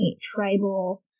tribal